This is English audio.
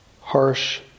harsh